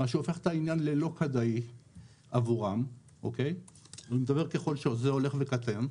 מה שהופך את העניין ללא כדאי עבורם ואני מדבר על ככל --- הולך וקטן.